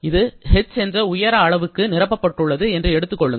இது h என்ற உயர அளவிற்கு நிரப்பப்பட்டுள்ளது என்று எடுத்துக் கொள்ளுங்கள்